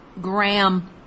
Graham